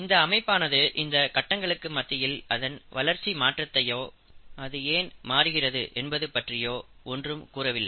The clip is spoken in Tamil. இந்த அமைப்பானது இந்த கட்டங்களுக்கு மத்தியில் அதன் வளர்ச்சி மாற்றத்தையோ அது ஏன் மாறுகிறது என்பது பற்றியோ ஒன்றும் கூறவில்லை